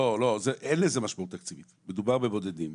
אין לזה משמעות תקציבית, מדובר בבודדים.